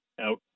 Out